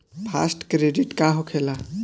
Fast credit का होखेला?